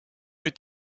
est